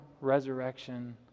resurrection